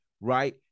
right